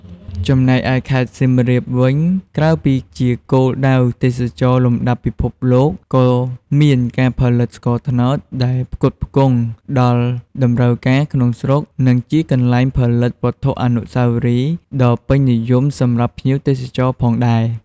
ចំណែកឯខេត្តសៀមរាបវិញ ក្រៅពីជាគោលដៅទេសចរណ៍លំដាប់ពិភពលោក ក៏មានការផលិតស្ករត្នោតដែលផ្គត់ផ្គង់ដល់តម្រូវការក្នុងស្រុក និងជាកន្លែងផលិតវត្ថុអនុស្សាវរីយ៍ដ៏ពេញនិយមសម្រាប់ភ្ញៀវទេសចរផងដែរ។